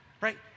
right